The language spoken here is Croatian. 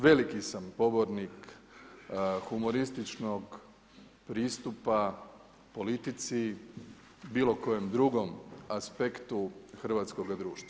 Veliki sam pobornik humorističnog pristupa politici, bilo kojem drugom aspektu hrvatskoga društva.